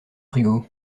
frigo